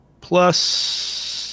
plus